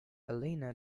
elena